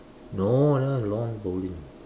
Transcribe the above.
no lah lawn bowling